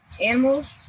animals